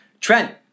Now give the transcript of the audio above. Trent